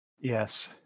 Yes